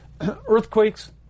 earthquakes